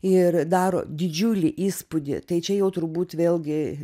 ir daro didžiulį įspūdį tai čia jau turbūt vėlgi